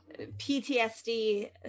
PTSD